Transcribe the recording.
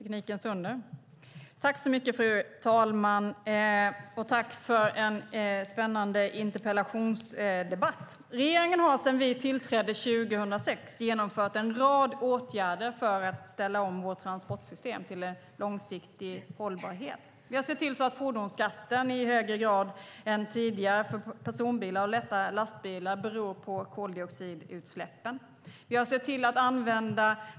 Fru talman! Tack för en spännande interpellationsdebatt! Regeringen har sedan den tillträdde 2006 genomfört en rad åtgärder för att ställa om transportsystemet till långsiktig hållbarhet. Fordonsskatten för personbilar och lättare lastbilar beror i högre grad än tidigare på koldioxidutsläppen.